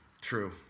True